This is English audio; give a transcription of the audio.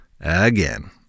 again